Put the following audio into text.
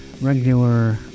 regular